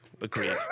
Agreed